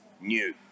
new